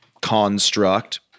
construct